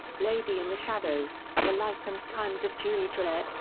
lady in the shadows the life and times of julie drouet,